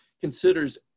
considers